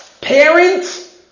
parent